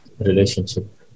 relationship